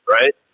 right